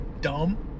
dumb